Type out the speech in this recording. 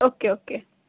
okay okay